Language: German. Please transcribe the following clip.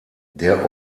der